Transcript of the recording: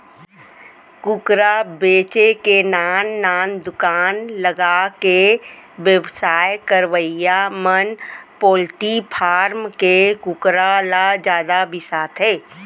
कुकरा बेचे के नान नान दुकान लगाके बेवसाय करवइया मन पोल्टी फारम के कुकरा ल जादा बिसाथें